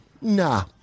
Nah